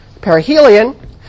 perihelion